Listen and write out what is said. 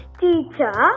teacher